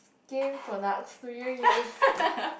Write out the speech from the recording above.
skin products do you use